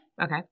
Okay